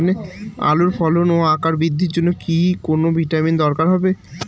আলুর ফলন ও আকার বৃদ্ধির জন্য কি কোনো ভিটামিন দরকার হবে?